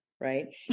right